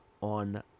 on